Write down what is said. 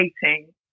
hating